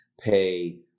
pay